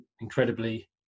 incredibly